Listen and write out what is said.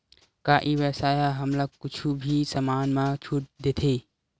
का ई व्यवसाय ह हमला कुछु भी समान मा छुट देथे?